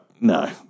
no